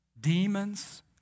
demons